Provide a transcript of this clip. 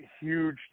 huge